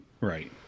Right